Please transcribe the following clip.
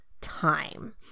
time